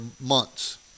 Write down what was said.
months